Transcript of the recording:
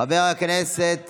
חבר הכנסת